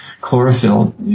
Chlorophyll